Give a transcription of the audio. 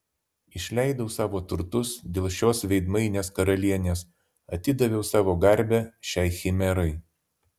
išleidau savo turtus dėl šios veidmainės karalienės atidaviau savo garbę šiai chimerai